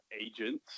agents